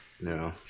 No